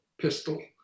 pistol